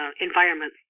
environment